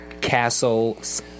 Castle's